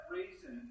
reason